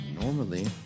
Normally